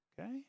okay